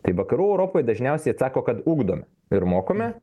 tai vakarų europoj dažniausiai atsako kad ugdome ir mokome